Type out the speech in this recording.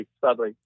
sadly